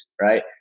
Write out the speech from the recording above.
right